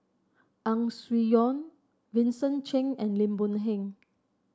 Ang Swee Aun Vincent Cheng and Lim Boon Heng